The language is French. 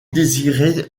désiré